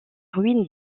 ruines